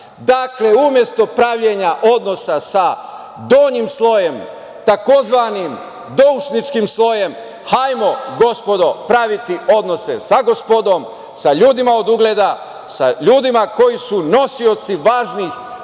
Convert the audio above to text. umesto pravljenja odnosa sa donjim slojem tzv. doušničkim slojem, hajdemo gospodo praviti odnose sa gospodom, sa ljudima od ugleda, sa ljudima koji su nosioci važnih